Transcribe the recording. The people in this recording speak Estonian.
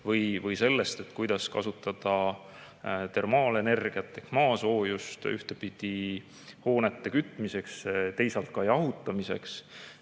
või sellega, kuidas kasutada termaalenergiat ehk maasoojust ühelt poolt hoonete kütmiseks, teisalt jahutamiseks.